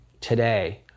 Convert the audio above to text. today